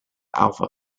alpha